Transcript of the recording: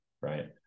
right